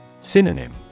Synonym